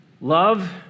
Love